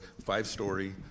five-story